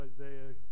Isaiah